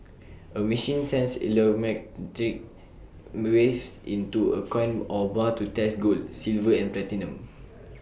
A machine sends waves into A coin or bar to test gold silver and platinum